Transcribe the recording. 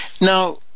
Now